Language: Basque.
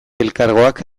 elkargoak